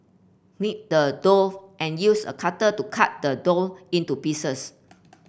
knead the dough and use a cutter to cut the dough into pieces